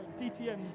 DTM